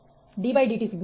dE dt I A